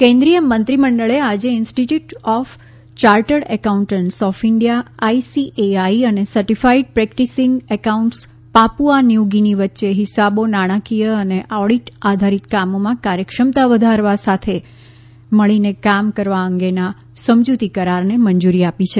cabinet MOU કેન્દ્રીય મંત્રીમંડળે આજે institute of chartered accountants of India ICAI અને certified practising accountants Papua New Guinea વચ્ચે હિસાબો નાણાકીય અને ઓડીટ આધારિત કામોમાં કાર્યક્ષમતા વધારવા સાથે મળીને કામ કરવા અંગેના સમજૂતી કરારને મંજૂરી આપી છે